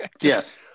Yes